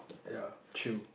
ya chill